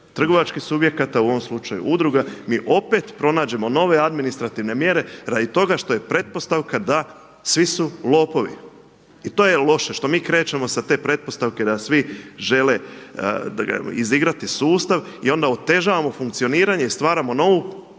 trgovačkih subjekata, u ovom slučaju udruga, mi opet pronađemo nove administrativne mjere radi toga što je pretpostavka da svi su lopovi. I to je loše što mi krećemo sa te pretpostavke da svi žele izigrati sustav i onda otežavamo funkcioniranje i stvaramo novu